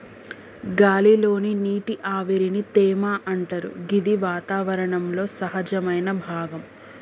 గాలి లోని నీటి ఆవిరిని తేమ అంటరు గిది వాతావరణంలో సహజమైన భాగం